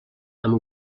amb